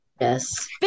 Yes